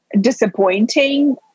disappointing